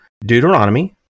Deuteronomy